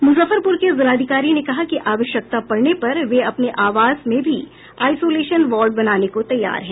मुजफ्फरपुर के जिलाधिकारी ने कहा कि आवश्यकता पड़ने पर वे अपने आवास में भी आईसोलेशन वार्ड बनाने को तैयार हैं